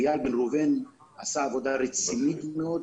איל בן ראובן עשה עבודה רצינית מאוד,